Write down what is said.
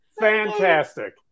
Fantastic